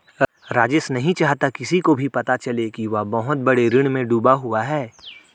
राजेश नहीं चाहता किसी को भी पता चले कि वह बहुत बड़े ऋण में डूबा हुआ है